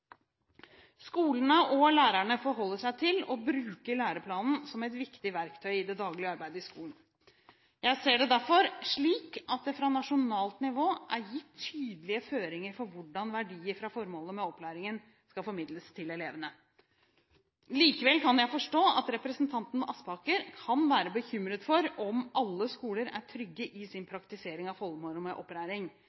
Skolene og lærerne forholder seg til og bruker læreplanen som et viktig verktøy i det daglige arbeidet i skolen. Jeg ser det derfor slik at det fra nasjonalt nivå er gitt tydelige føringer for hvordan verdiene fra formålet med opplæringen skal formidles til elevene. Likevel kan jeg forstå at representanten Aspaker kan være bekymret for om alle skoler er trygge i sin